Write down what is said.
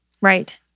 Right